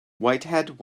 whitehead